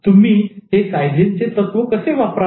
तुम्ही हे कायझेनचे तत्व कसे वापराल